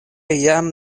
jam